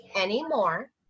anymore